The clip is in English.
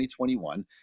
2021